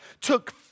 took